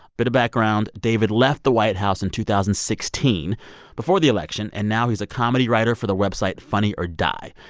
bit of background david left the white house in two thousand and sixteen before the election, and now he's a comedy writer for the website funny or die.